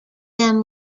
them